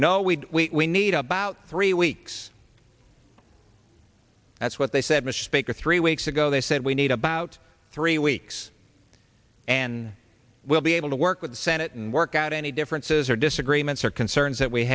no we need about three weeks that's what they said mistake or three weeks ago they said we need about three weeks and we'll be able to work with the senate and work out any differences or disagreements or concerns that we